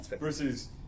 Versus